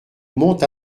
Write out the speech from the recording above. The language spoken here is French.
monte